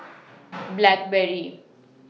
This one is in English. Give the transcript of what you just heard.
Blackberry